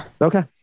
Okay